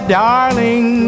darling